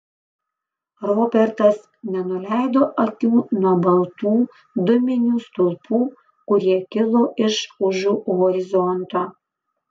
robertas nenuleido akių nuo baltų dūminių stulpų kurie kilo iš užu horizonto